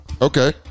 Okay